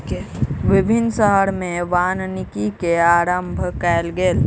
विभिन्न शहर में वानिकी के आरम्भ कयल गेल